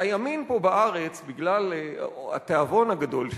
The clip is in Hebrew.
הימין פה בארץ, בגלל התיאבון הגדול שלו,